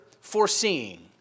foreseeing